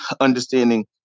understanding